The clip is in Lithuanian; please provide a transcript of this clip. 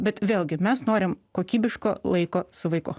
bet vėlgi mes norim kokybiško laiko su vaiku